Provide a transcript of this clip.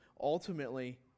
Ultimately